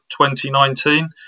2019